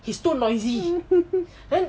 he's too noisy then